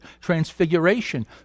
Transfiguration